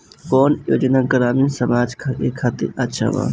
कौन योजना ग्रामीण समाज के खातिर अच्छा बा?